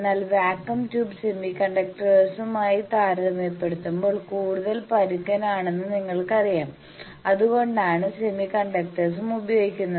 എന്നാൽ vacuum tube സെമികണ്ടക്ടർസുമായി താരതമ്യപ്പെടുത്തുമ്പോൾ കൂടുതൽ പരുക്കൻ ആണെന്ന് നിങ്ങൾക്കറിയാംഅതുകൊണ്ടാണ് സെമികണ്ടക്ടർസും ഉപയോഗിക്കുന്നത്